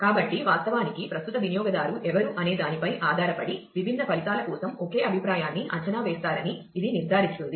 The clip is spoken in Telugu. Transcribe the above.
కాబట్టి వాస్తవానికి ప్రస్తుత వినియోగదారు ఎవరు అనేదానిపై ఆధారపడి విభిన్న ఫలితాల కోసం ఒకే అభిప్రాయాన్ని అంచనా వేస్తారని ఇది నిర్ధారిస్తుంది